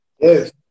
yes